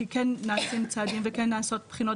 כי כן נעשים צעדים וכן נעשות בחינות,